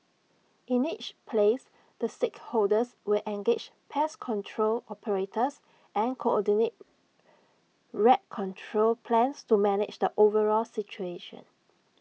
in each place the stakeholders will engage pest control operators and coordinate rat control plans to manage the overall situation